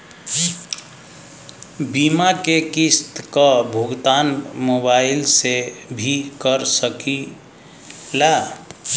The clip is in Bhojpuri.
बीमा के किस्त क भुगतान मोबाइल से भी कर सकी ला?